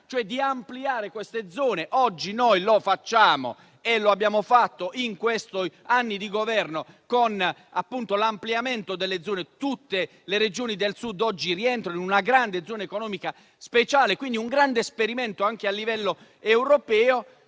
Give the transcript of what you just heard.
cioè di ampliare queste zone. Noi lo facciamo oggi e lo abbiamo fatto in questi anni di Governo con l'ampliamento delle zone economiche speciali. Tutte le Regioni del Sud oggi rientrano in una grande zona economica speciale. Si è trattato di un grande esperimento anche a livello europeo.